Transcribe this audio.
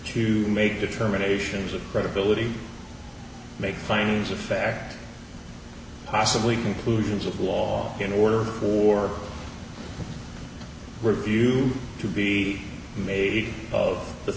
to make determinations of credibility make findings of fact possibly conclusions of law in order or a review to be made of the